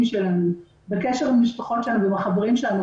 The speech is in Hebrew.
שלנו בקשר עם המשפחות שלנו ועם החברים שלנו,